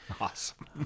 Awesome